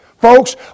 folks